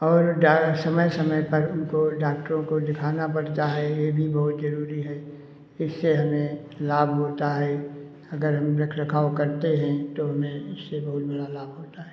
और समय समय पर उनको डाक्टरों को दिखाना पड़ता है ये भी बहुत जरूरी है इससे हमें लाभ होता है अगर हम रख रखाव करते हैं तो हमें इससे बहुत बड़ा लाभ होता है